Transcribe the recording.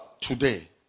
today